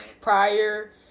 prior